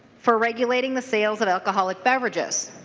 for regulating the sales of alcohol like beverages.